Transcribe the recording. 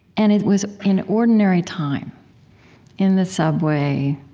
and it was in ordinary time in the subway,